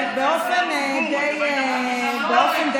אתם הייתם חמישה מנדטים, אנחנו 30, מה לעשות?